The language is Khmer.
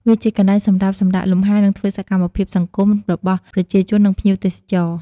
វាជាកន្លែងសម្រាប់សម្រាកលំហែ និងធ្វើសកម្មភាពសង្គមរបស់ប្រជាជន និងភ្ញៀវទេសចរ។